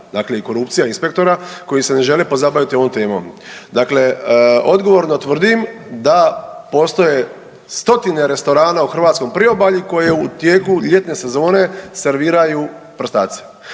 dakle i korupcija inspektora koji se ne žele pozabaviti ovom temom. Dakle, odgovorno tvrdim da postoje stotine restorana u hrvatskom Priobalju koje u tijeku ljetne sezone serviraju prstace.